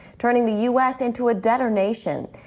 turning the u s. into a debtor nation.